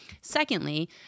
Secondly